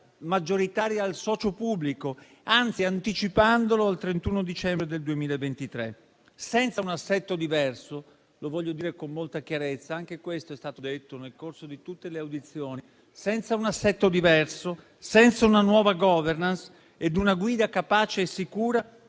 maggioritaria al socio pubblico, anticipandolo al 31 dicembre 2023. Voglio dire con molta chiarezza - anche questo è stato detto nel corso di tutte le audizioni - che, senza un assetto diverso, senza una nuova *governance* e una guida capace e sicura,